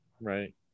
right